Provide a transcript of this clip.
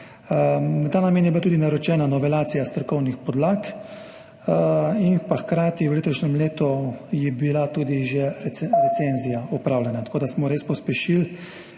V ta namen je bila tudi naročena novelacija strokovnih podlag in je bila hkrati v letošnjem letu tudi že recenzija opravljena. Tako da smo res pospešili.